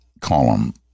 column